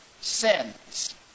sins